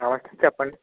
నమస్తే చెప్పండి